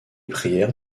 prières